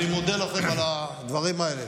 אני מודה לכם על הדברים האלה,